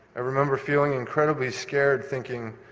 i remember feeling incredibly scared, thinking,